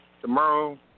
Tomorrow